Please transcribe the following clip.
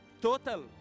total